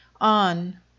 On